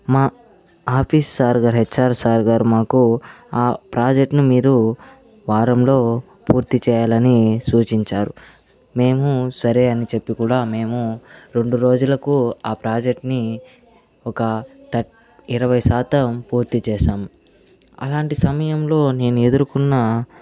మా office sir గారు HR sir గారు మాకు ఆ ప్రాజెక్ట్ను మీరు వారంలో పూర్తి చేయాలని సూచించారు మేము సరే అని చెప్పి కూడా మేము రెండు రోజులకు ఆ ప్రాజెక్ట్ని ఒక తట్ ఇరవై శాతం పూర్తి చేసాము అలాంటి సమయంలో నేను ఎదుర్కొన్న